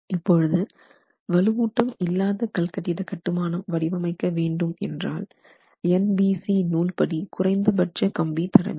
இப்பொழுது வலுவூட்டம் இல்லாத கல் கட்டிட கட்டுமானம் வடிவமைக்க வேண்டும் என்றால் NBC நூல் படி குறைந்த பட்ச கம்பி தரவேண்டும்